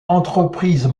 entreprise